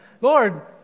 Lord